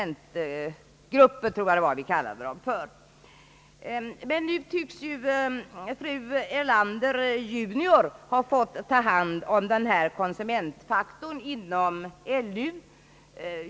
Nu tycks fru Erlander junior ha fått ta hand om denna konsumentfaktor inom LO.